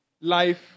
life